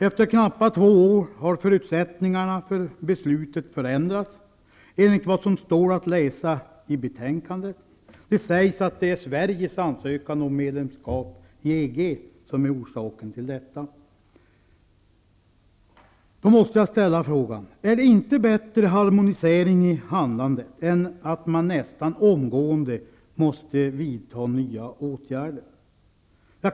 Efter knappt två år har förutsättningarna vad gäller det här beslutet förändrats, enligt vad som står att läsa i betänkandet. Det sägs att det är Sveriges ansökan om medlemskap i EG som är orsaken till detta. Jag måste ställa frågan: Kunde inte harmoniseringen i handlandet vara bättre? Nästan omgående måste ju nya åtgärder vidtas.